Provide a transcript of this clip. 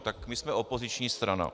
Tak my jsme opoziční strana.